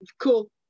Cool